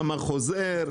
כמה חוזר,